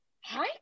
Hi